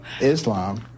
Islam